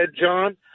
John